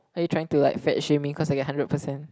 are you trying to like fat shaming cause I get hundred percent